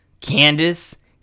candace